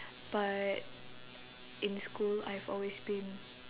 but in school I've always been